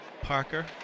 Parker